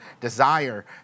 desire